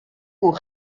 aux